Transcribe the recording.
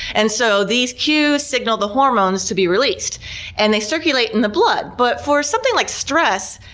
and so these cues signal the hormones to be released and they circulate in the blood. but for something like stress,